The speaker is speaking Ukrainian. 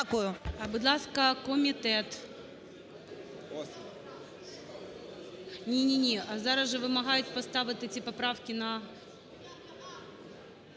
Дякую.